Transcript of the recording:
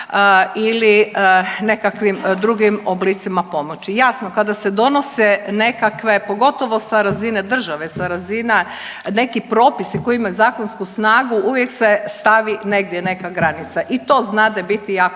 ili nekakvim drugim oblicima pomoći. Jasno, kada se donose nekakve, pogotovo sa razine države, sa razina, neki propisi koji imaju zakonsku snagu, uvijek se stavi negdje neka granica i to znade biti jako